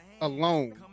alone